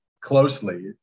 closely